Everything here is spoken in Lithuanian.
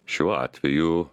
šiuo atveju